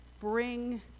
bring